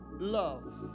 love